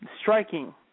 Striking